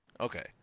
Okay